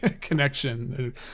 connection